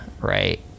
right